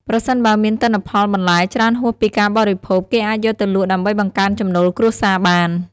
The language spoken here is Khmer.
ប្រសិនបើមានទិន្នផលបន្លែច្រើនហួសពីការបរិភោគ គេអាចយកទៅលក់ដើម្បីបង្កើនចំណូលគ្រួសារបាន។